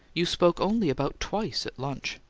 you spoke only about twice at lunch.